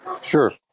Sure